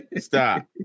stop